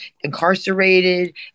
incarcerated